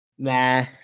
Nah